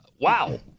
Wow